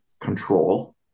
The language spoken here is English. control